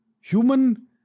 Human